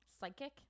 psychic